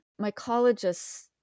mycologists